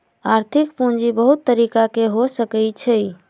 आर्थिक पूजी बहुत तरिका के हो सकइ छइ